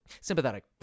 Sympathetic